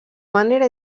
manera